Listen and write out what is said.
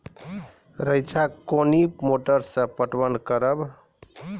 रेचा कोनी मोटर सऽ पटवन करव?